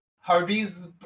Harvey's